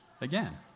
again